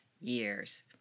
years